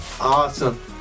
Awesome